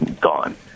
gone